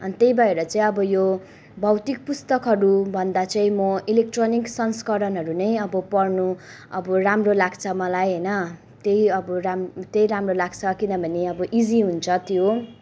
अनि त्यही भएर चाहिँ अब यो भौतिक पुस्तकहरूभन्दा चाहिँ म इलेक्ट्रोनिक संस्करणहरू नै अब पढ्नु अब राम्रो लाग्छ मलाई होइन त्यही अब त्यही राम्रो लाग्छ किनभने अब इजी हुन्छ त्यो